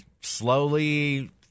slowly